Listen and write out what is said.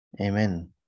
Amen